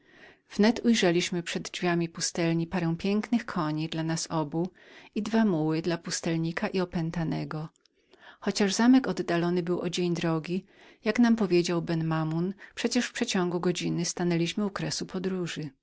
wnet ujrzeliśmy parę pięknych koni przed drzwiami pustelni i dwa muły dla pustelnika i opętanego chociaż zamek oddalonym był o dzień drogi jak nam powiedział ben mamoun przecież w przeciągu godziny stanęliśmy u